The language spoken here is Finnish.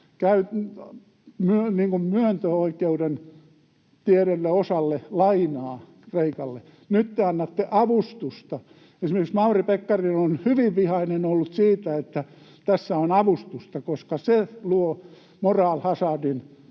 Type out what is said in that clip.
myöntöoikeus pienelle osalle lainaa Kreikalle. Nyt te annatte avustusta. Esimerkiksi Mauri Pekkarinen on ollut hyvin vihainen siitä, että tässä on avustusta, koska se luo moral hazardin